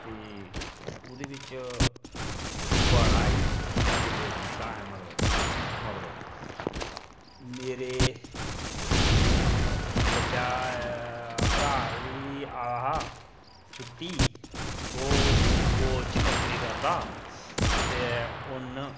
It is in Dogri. ते ओह्दे बिच बड़ा ई सेलिब्रेट कीता हा असें मतलब मतलब मेरे बड्डा भ्राऽ बी आ दा हा छुट्टी ओह् फौज च नौकरी करदा ते उ'न्न